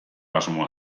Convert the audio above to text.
asmoa